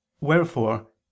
Wherefore